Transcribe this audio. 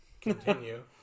continue